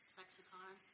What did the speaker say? lexicon